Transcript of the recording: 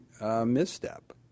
misstep